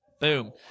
Boom